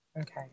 Okay